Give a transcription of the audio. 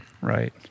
Right